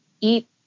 eat